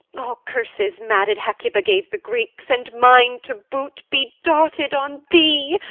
all curses madded hecuba gave the greeks, and mine to boot, be darted on thee!